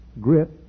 grit